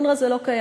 לא,